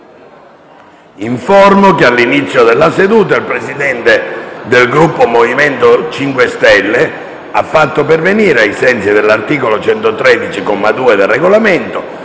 che all'inizio della seduta il Presidente del Gruppo MoVimento 5 Stelle ha fatto pervenire, ai sensi dell'articolo 113, comma 2, del Regolamento,